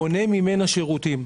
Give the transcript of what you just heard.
קונה ממנה שירותים.